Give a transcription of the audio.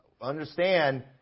Understand